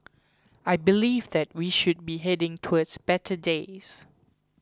I believe that we should be heading towards better days